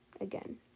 again